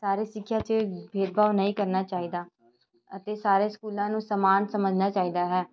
ਸਾਰੇ ਸਿੱਖਿਆ 'ਚ ਭੇਦਭਾਵ ਨਹੀਂ ਕਰਨਾ ਚਾਹੀਦਾ ਅਤੇ ਸਾਰੇ ਸਕੂਲਾਂ ਨੂੰ ਸਮਾਨ ਸਮਝਣਾ ਚਾਹੀਦਾ ਹੈ